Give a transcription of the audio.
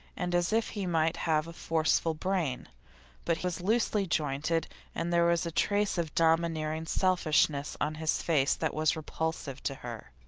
and as if he might have a forceful brain but he was loosely jointed and there was a trace of domineering selfishness on his face that was repulsive to her.